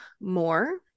more